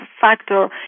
factor